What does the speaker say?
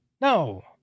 No